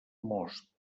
most